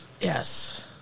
Yes